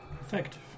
Effective